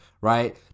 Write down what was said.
right